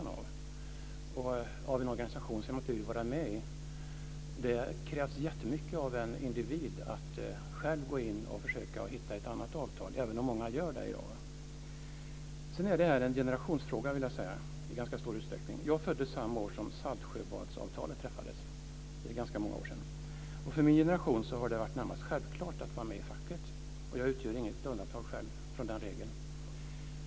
Det har ingåtts av en organisation som man inte vill vara med i. Det krävs jättemycket av en individ som själv vill försöka komma fram till ett annat avtal, även om många gör det i dag. Jag vill vidare säga att det här i ganska stor utsträckning är en generationsfråga. Jag föddes samma år som Saltsjöbadsavtalet träffades, vilket är ganska länge sedan, och det har för min generation varit närmast självklart att vara med i facket. Jag utgör själv inte något undantag från den regeln.